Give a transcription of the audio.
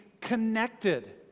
connected